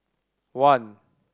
one